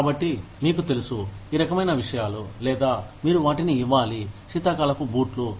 కాబట్టి మీకు తెలుసు ఈ రకమైన విషయాలు లేదా మీరు వాటిని ఇవ్వాలి శీతాకాలపు బూట్లు